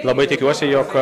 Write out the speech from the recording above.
labai tikiuosi jog